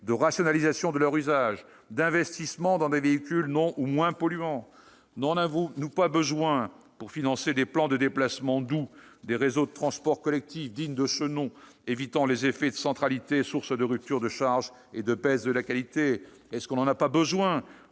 de rationalisation de leur usage, d'investissement dans des véhicules non ou moins polluants ? N'en avons-nous pas besoin pour financer des plans de déplacements doux, des réseaux de transport collectif dignes de ce nom, évitant les effets de centralité, source de rupture de charges et de baisse de la qualité ? N'en avons-nous pas besoin